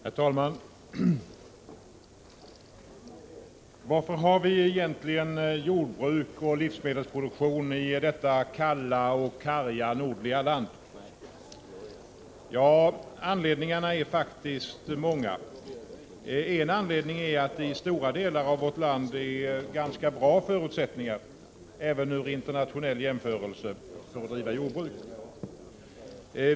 Herr talman! Varför har vi egentligen jordbruk och livsmedelsproduktion i detta kalla och karga nordliga land? Ja, anledningarna är faktiskt många. En anledning är att det i stora delar av vårt land är ganska bra förutsättningar, även i internationell jämförelse, för att driva jordbruk.